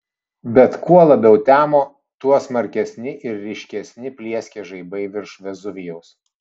bet kuo labiau temo tuo smarkesni ir ryškesni plieskė žaibai virš vezuvijaus